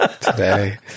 today